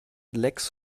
lecks